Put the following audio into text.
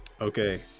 okay